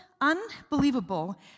unbelievable